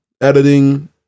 editing